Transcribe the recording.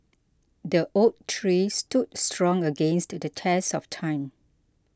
the oak tree stood strong against the test of time